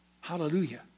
Hallelujah